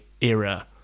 era